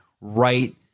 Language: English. right